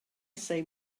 say